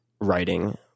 writing